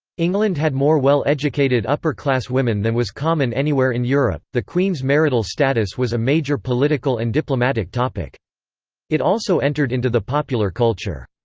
england had more well-educated upper class women than was common anywhere in europe the queen's marital status was a major political and diplomatic topic it also entered into the popular culture.